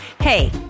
Hey